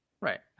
right